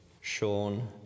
Sean